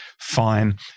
Fine